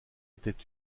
étaient